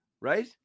right